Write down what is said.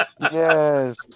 Yes